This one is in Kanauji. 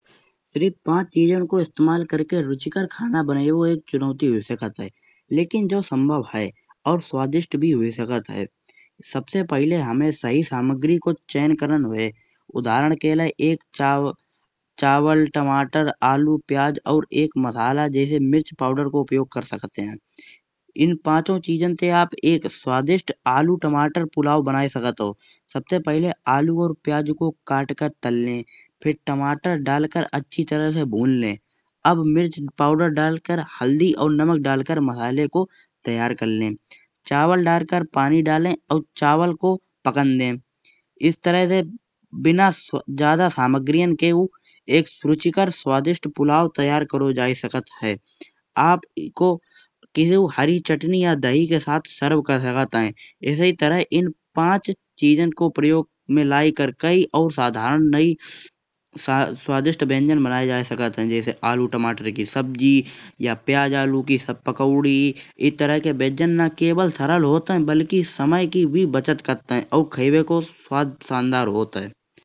करीब पाँच चीज़न को इस्तेमाल करके रुचिकर खाना बनाईबो एक चुनौती हुई सकत है। लेकिन जो संभव है और स्वादिष्ट भी हुई सकत है। सबसे पहिले हमे सही सामग्री को चयन करन होये उदाहरण के लेय एक चावल, टमाटर, आलू, प्याज एक मसाला जैसे मिर्च पाउडर को उपयोग कर सकत है। इन पाँचों चीज़न से आप एक स्वादिष्ट आलू पुलाव बनाई सकत हो। सबसे पहिले आलू और प्याज को काट के तळ ले फिर टमाटर डालकर अच्छी तरह से भूँज ले। अब मिर्च पाउडर डालकर हल्दी और नमक डालकर मसाले को तैयार कर ले। चावल डालकर पानी डाले और चावल को पकन दे। इस तरह से बिना जायद सामग्रीयन के एक सुचिकर स्वादिष्ट पुलाव तैयार करौ जाइ सकत है। आप एगो किसी को हरी चटनी या दही के साथ सर्व कर सकत है। इसी तरह इन पाँच चीज़न को प्रयोग मिलाइ करके और साधारण स्वादिष्ट व्यंजन बनाये जा सकत है। जैसे आलू टमाटर की सब्जी या प्याज आलू की पकौड़ी इस तरह के व्यंजन ना केवल सरल होत है। बल्कि समय की भी बचत करत है और खाइबे को स्वाद सुंदर होत है।